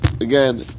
again